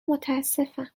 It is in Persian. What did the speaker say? متاسفم